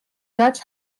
dutch